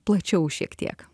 plačiau šiek tiek